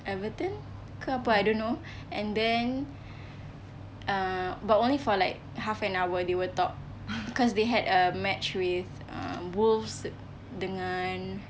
everton ke apa I don't know and then uh but only for like half an hour they were top cause they had a match with um wolves dengan